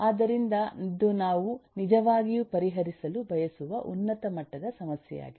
ಆದ್ದರಿಂದ ಇದು ನಾವು ನಿಜವಾಗಿಯೂ ಪರಿಹರಿಸಲು ಬಯಸುವ ಉನ್ನತ ಮಟ್ಟದ ಸಮಸ್ಯೆಯಾಗಿದೆ